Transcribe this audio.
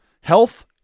Health